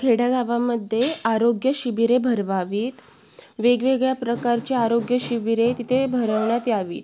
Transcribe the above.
खेड्यागावामध्ये आरोग्य शिबिरे भरवावीत वेगवेगळ्या प्रकारची आरोग्य शिबिरे तिथे भरवण्यात यावीत